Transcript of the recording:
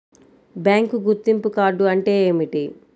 Bank గుర్తింపు card అంటే ఏమిటి?